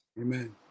amen